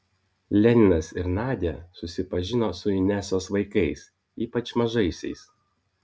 leninas ir nadia susipažino su inesos vaikais ypač mažaisiais